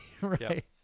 Right